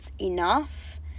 enough